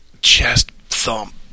chest-thump